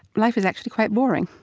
life is actually quite boring.